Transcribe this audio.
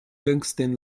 tungsten